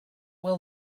will